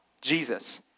Jesus